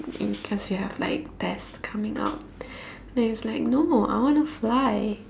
cause we have like test coming up then he's like no I want to fly